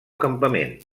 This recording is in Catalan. campament